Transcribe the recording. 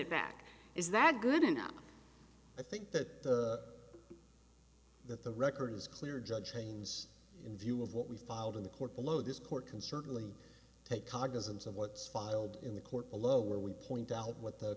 it back is that good enough i think that that the record is clear judge haynes in view of what we filed in the court below this court can certainly take cognizance of what's filed in the court below where we point out w